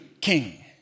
king